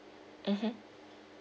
mmhmm